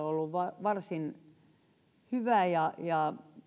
ollut varsin hyvää ja ja